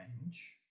range